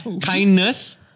Kindness